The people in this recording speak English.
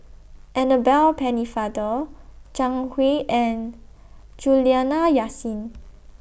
Annabel Pennefather Jiang Hu and Juliana Yasin